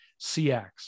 CX